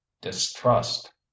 Distrust